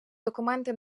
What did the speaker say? документи